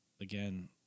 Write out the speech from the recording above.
again